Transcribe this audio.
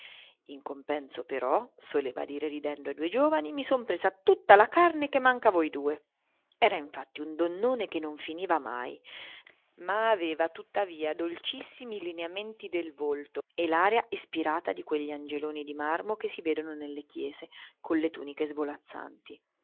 in compenso però soleva dire ridendo ai due giovani mi son presa tutta la carne che manca a voi due era infatti un donnone che non finiva mai ma aveva tuttavia dolcissimi i lineamenti del volto e l'aria ispirata di quegli angeloni di marmo che si vedono nelle chiese con le tuniche svolazzanti